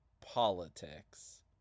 politics